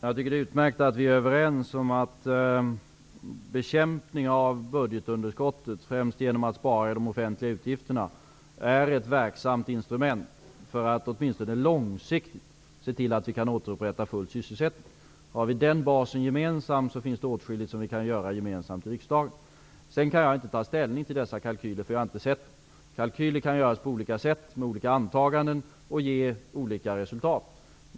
Fru talman! Det är utmärkt att vi är överens om att bekämpning av budgetunderskottet, främst genom besparingar i de offentliga utgifterna, är ett verksamt instrument för att vi åtminstone långsiktigt skall kunna se till att återupprätta full sysselsättning. Om vi har den gemensamma basen, finns det åtskilligt som vi kan göra gemensamt i riksdagen. Jag kan inte ta ställning till dessa kalkyler, då jag inte har sett dem. Kalkyler kan göras på olika sätt, med olika antaganden och ge olika resultat.